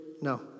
No